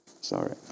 sorry